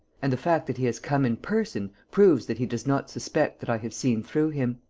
and the fact that he has come in person proves that he does not suspect that i have seen through him.